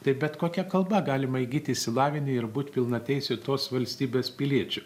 tai bet kokia kalba galima įgyti išsilavinę ir būti pilnateisiu tos valstybės piliečiu